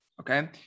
okay